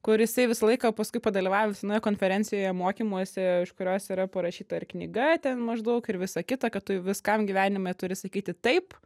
kur jisai visą laiką paskui padalyvavęs vienoje konferencijoje mokymuose iš kurios yra parašyta ir knyga ten maždaug ir visa kita kad tu viskam gyvenime turi sakyti taip